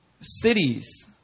Cities